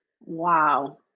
Wow